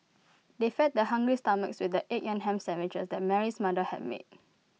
they fed their hungry stomachs with the egg and Ham Sandwiches that Mary's mother had made